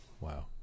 Wow